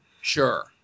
sure